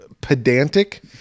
pedantic